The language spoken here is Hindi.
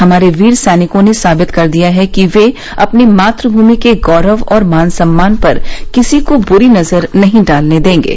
हमारे वीर सैनिकों ने साबित कर दिया है कि वे अपनी मातृभूमि के गोरव और मान सम्मान पर किसी को बुरी नजर नहीं डालने देंगे